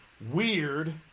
weird